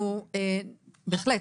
בהחלט,